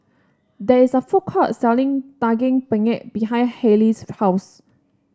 there is a food court selling Daging Penyet behind Hailee's house